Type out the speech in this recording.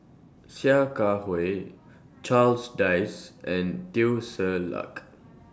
Sia Kah Hui Charles Dyce and Teo Ser Luck